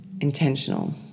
intentional